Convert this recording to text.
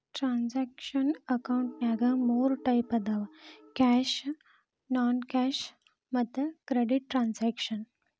transactional ಅಕೌಂಟಿನ್ಯಾಗ ಮೂರ್ type ಅದಾವ ಕ್ಯಾಶ್ ನಾನ್ ಕ್ಯಾಶ್ ಮತ್ತ ಕ್ರೆಡಿಟ್ ಟ್ರಾನ್ಸಾಕ್ಷನ